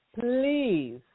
please